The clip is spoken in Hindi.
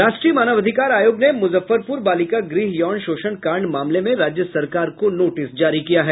राष्ट्रीय मानवाधिकार आयोग ने मुजफ्फरपुर बालिका गृह यौन शोषण कांड मामले में राज्य सरकार को नोटिस जारी किया है